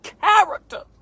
character